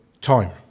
time